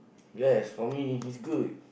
yes for me it's good